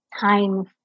time